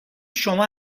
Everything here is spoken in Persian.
شما